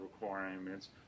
requirements